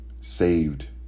saved